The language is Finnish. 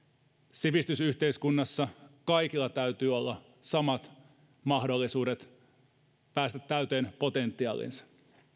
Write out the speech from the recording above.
sivistysyhteiskunnassa kaikilla täytyy olla samat mahdollisuudet päästä täyteen potentiaaliinsa